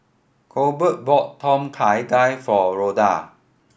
Colbert bought Tom Kha Gai for Ronda